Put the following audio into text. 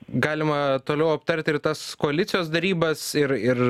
galima toliau aptarti ir tas koalicijos derybas ir ir